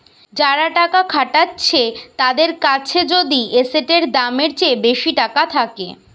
যারা টাকা খাটাচ্ছে তাদের কাছে যদি এসেটের দামের চেয়ে বেশি টাকা থাকে